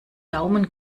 daumen